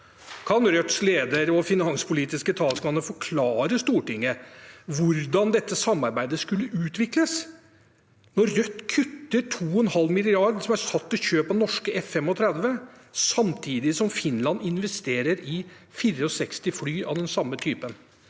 Kan Rødts leder og finanspolitiske talsmann forklare Stortinget hvordan dette samarbeidet skulle utvikles når Rødt kutter 2,5 mrd. kr, som er avsatt til kjøp av norske F-35, samtidig som Finland investerer i 64 fly av samme type?